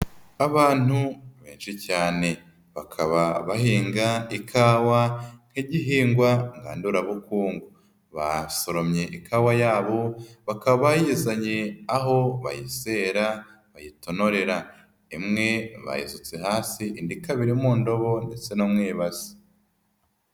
Abantu benshi cyane, bakaba bahinga ikawa nk'igihingwa ngandurabukungu, basoromye ikawa yabo bakaba bayizanye aho bayisera, bayitonorera. Imwe bayisutse hasi, indi ikaba iri mu ndobo ndetse no mu ibasi.